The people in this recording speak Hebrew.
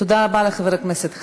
תודה רבה לחבר הכנסת חזן.